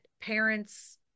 parents